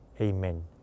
Amen